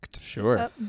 sure